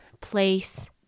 place